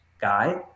guy